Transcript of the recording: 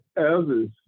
others